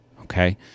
Okay